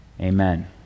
Amen